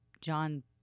john